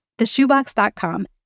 theshoebox.com